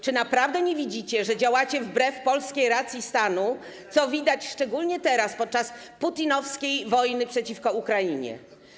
Czy naprawdę nie widzicie, że działacie wbrew polskiej racji stanu, co widać szczególnie teraz podczas putinowskiej wojny przeciwko Ukrainie?